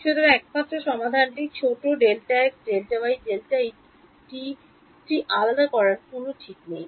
সুতরাং একমাত্র সমাধানটি ছোট Δx Δy Δt টির আলাদা করার কোনও ঠিক নেই